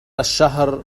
الشهر